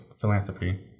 philanthropy